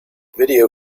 video